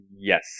Yes